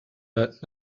but